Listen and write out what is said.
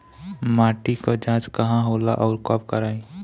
माटी क जांच कहाँ होला अउर कब कराई?